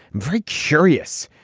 very curious.